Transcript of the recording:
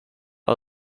are